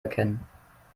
erkennen